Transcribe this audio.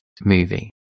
movie